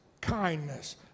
Kindness